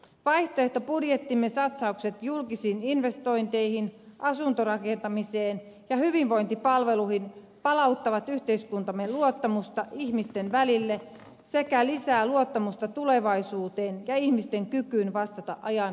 vaihtoehtobudjettimme satsaukset julkisiin investointeihin asuntorakentamiseen ja hyvinvointipalveluihin palauttavat yhteiskuntamme luottamusta ihmisten välille sekä lisäävät luottamusta tulevaisuuteen ja ihmisten kykyyn vastata ajan haasteisiin